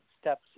steps